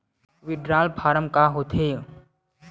withdrawal form का होथेय